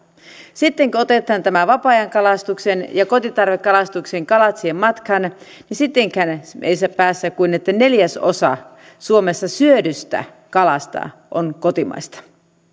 sitten kun otetaan nämä vapaa ajankalastuksen ja kotitarvekalastuksen kalat siihen matkaan niin sittenkään ei päästä kuin siihen että neljäsosa suomessa syödystä kalasta on kotimaista